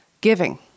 giving